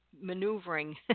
maneuvering